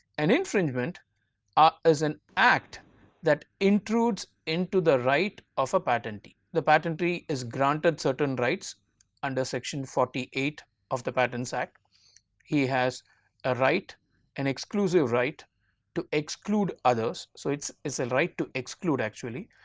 an infringement ah is an act that intrudes into the right of a patentee the patentee is granted certain rights under section forty eight of the patents act he has a right an exclusive right to exclude others. so, it is a right to exclude actually.